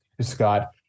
Scott